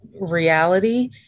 reality